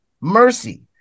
mercy